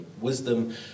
wisdom